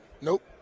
Nope